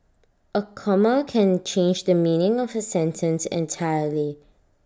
A comma can change the meaning of A sentence entirely